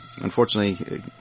unfortunately